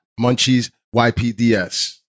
MunchiesYPDS